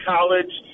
College